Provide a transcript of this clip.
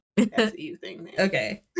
Okay